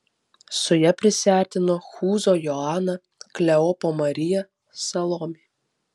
su ja prisiartino chūzo joana kleopo marija salomė